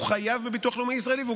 הוא חייב בביטוח לאומי ישראלי והוא